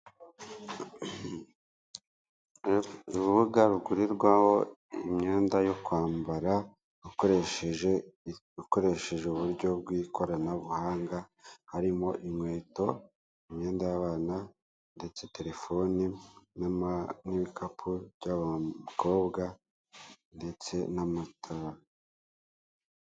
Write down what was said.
Urubuga rugurirwaho imyenda yo kwambara ukoresheje uburyo bw'ikoranabuhanga harimo inkweto, imyenda y'abana ndetse telefone n'ibikapu by'abakobwa ndetse n'amatara.